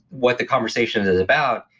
what the conversation is about,